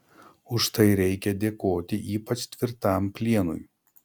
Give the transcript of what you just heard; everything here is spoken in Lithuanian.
už tai reikia dėkoti ypač tvirtam plienui